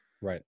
Right